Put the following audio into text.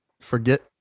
forget